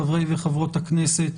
חברי וחברות הכנסת,